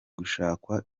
gushakwa